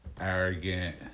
arrogant